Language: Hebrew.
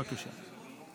בבקשה.